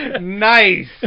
Nice